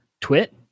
Twit